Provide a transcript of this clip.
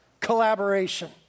collaboration